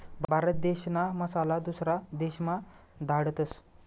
भारत देशना मसाला दुसरा देशमा धाडतस